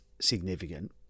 significant